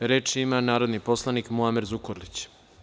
Reč ima narodni poslanik Muamer Zukorlić.